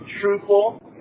truthful